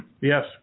Yes